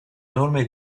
nome